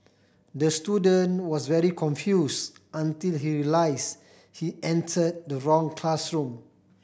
the student was very confuse until he realise he enter the wrong classroom